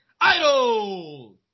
Idol